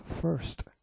first